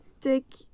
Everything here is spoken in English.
take